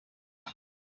cye